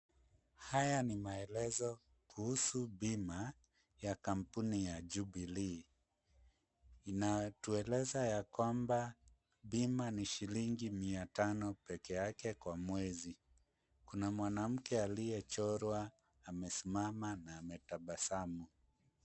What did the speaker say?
Haya ni maelezo kuhusu bima ya kampuni ya Jubilee. Inatueleza ya kwamba bima ni shilingi mia tano pekee yake kwa mwezi. Kuna mwanamke aliyechorwa amesimama na ametabasamu.